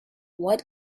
what